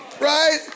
Right